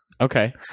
Okay